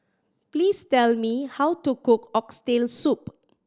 please tell me how to cook Oxtail Soup